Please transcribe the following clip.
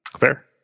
Fair